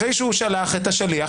אחרי שהוא שלח את השליח,